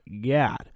God